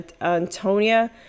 Antonia